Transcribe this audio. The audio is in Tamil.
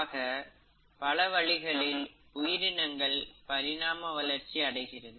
அக பலவழிகளில் உயிரினங்கள் பரிணாம வளர்ச்சி அடைகிறது